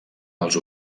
els